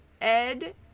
Ed